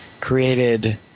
created